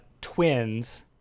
twins